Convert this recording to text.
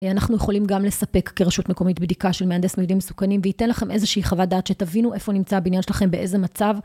אנחנו יכולים גם לספק כרשות מקומית בדיקה של מהנדס מבנים מסוכנים וייתן לכם איזושהי חוות דעת שתבינו איפה נמצא הבניין שלכם, באיזה מצב.